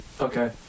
okay